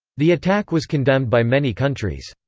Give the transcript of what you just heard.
the attack was condemned by many countries.